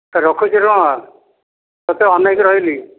ରଖୁଛିରେ ମା' ତୋତେ ଅନେଇକି ରହିଲି